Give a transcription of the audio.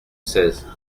seize